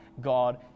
God